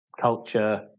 culture